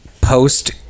post